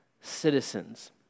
citizens